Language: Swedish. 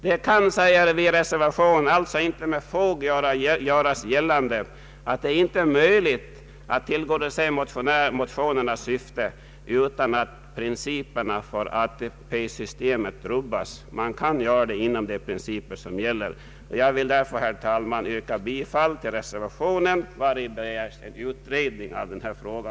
Det kan alltså inte, säger vi i reservationen, med fog göras gällande att det inte är möjligt att tillgodose motionernas syfte utan att principerna för ATP systemet rubbas. Man kan tillgodose våra krav inom de principer som gäller. Jag vill därför, herr talman, yrka bifall till reservationen, vari begärs en utredning av denna fråga.